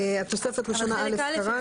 התוספת הראשונה א' קראנו.